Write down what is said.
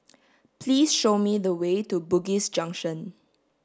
please show me the way to Bugis Junction